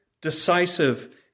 decisive